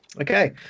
okay